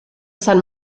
sant